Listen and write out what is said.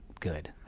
good